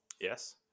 Yes